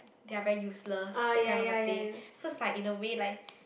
they are very useless that kind of a thing so it's like in a way like